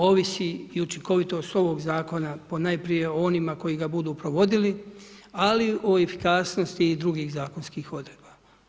Ovisi i učinkovito … zakona ponajprije onima koji ga budu provodili, ali o efikasnosti i drugih zakonskih odredba.